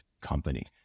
company